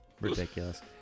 Ridiculous